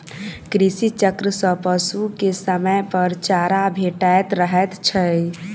कृषि चक्र सॅ पशु के समयपर चारा भेटैत रहैत छै